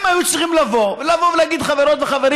הם היו צריכים לבוא ולהגיד: חברות וחברים,